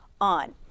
on